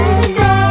today